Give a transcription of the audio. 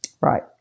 right